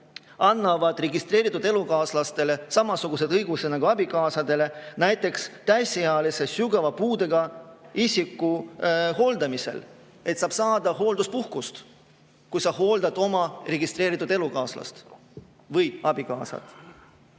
annavad registreeritud elukaaslastele samasugused õigused nagu abikaasadele. Näiteks täisealise sügava puudega isiku hooldamisel saab saada hoolduspuhkust, kui sa hooldad oma registreeritud elukaaslast või abikaasat.